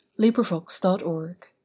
LibriVox.org